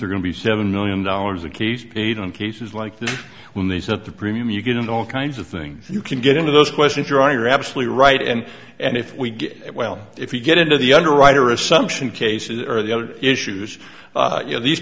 they're going to be seven million dollars of keys paid on cases like this when they set the premium you get into all kinds of things you can get into those questions your honor absolutely right and and if we get well if you get into the underwriter assumption cases or the other issues you know these